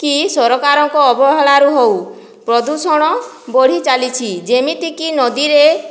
କି ସରକାରଙ୍କ ଅବହେଳାରୁ ହଉ ପ୍ରଦୂଷଣ ବଢ଼ିଚାଲିଛି ଯେମିତିକି ନଦୀରେ